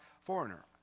foreigner